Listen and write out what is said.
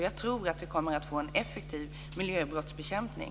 Jag tror också att vi kommer att få en effektiv miljöbrottsbekämpning.